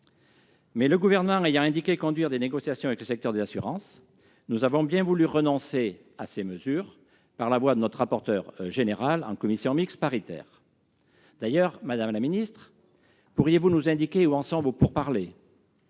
Mais le Gouvernement ayant indiqué conduire des négociations avec le secteur des assurances, nous avons bien voulu renoncer à ces mesures par la voix de notre rapporteur général en commission mixte paritaire. Madame la secrétaire d'État, pourriez-vous nous indiquer où en sont vos pourparlers